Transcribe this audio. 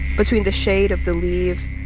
between the shade of the leaves,